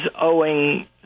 owing